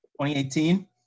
2018